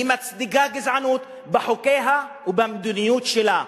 היא מצדיקה גזענות בחוקיה ובמדיניות שלה.